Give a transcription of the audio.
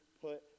put